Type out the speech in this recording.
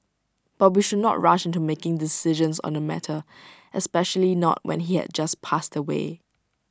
but we should not rush into making decisions on this matter especially not when he had just passed away